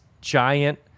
giant